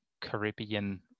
Caribbean